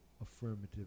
affirmative